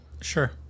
Sure